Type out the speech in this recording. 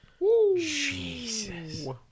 Jesus